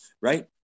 Right